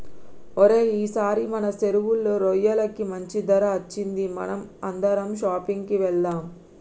ఓరై ఈసారి మన సెరువులో రొయ్యలకి మంచి ధర అచ్చింది మనం అందరం షాపింగ్ కి వెళ్దాం